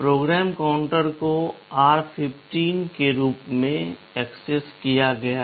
PC को r15 के रूप में एक्सेस किया गया है